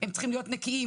שהם צריכים להיות נקיים,